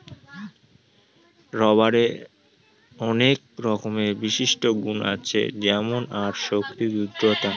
রবারের আনেক রকমের বিশিষ্ট গুন আছে যেমন তার শক্তি, দৃঢ়তা